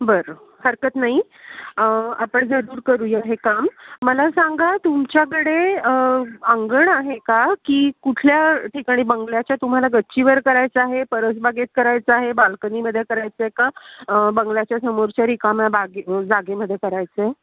बरं हरकत नाही आपण जरूर करूया हे काम मला सांगा तुमच्याकडे अंगण आहे का की कुठल्या ठिकाणी बंगल्याच्या तुम्हाला गच्चीवर करायचं आहे परसबागेत करायचं आहे बालकनीमध्ये करायचं आहे का बंगल्याच्यासमोरच्या रिकाम्या बागे जागेमध्ये करायचं आहे